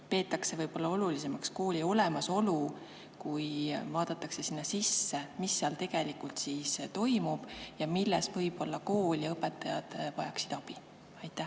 peetakse võib-olla olulisemaks kooli olemasolu, mitte ei vaadata sinna sisse, mis seal tegelikult toimub ja milles võib-olla kool ja õpetajad vajaksid abi. Aitäh!